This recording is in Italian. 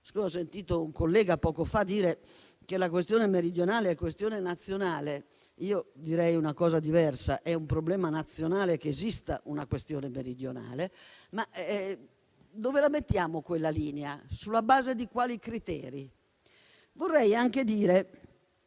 ho sentito un collega dire che la questione meridionale è una questione nazionale. Io direi una cosa diversa: è un problema nazionale che esista una questione meridionale. Dove mettiamo quella linea, sulla base di quali criteri? Vorrei anche dire